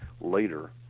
later